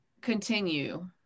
continue